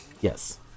yes